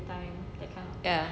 ya